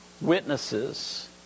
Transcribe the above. witnesses